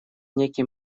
некий